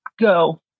Go